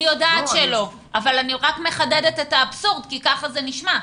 אני יודעת שלא אבל אני מחדדת את האבסורד כי כך זה נשמע.